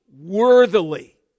worthily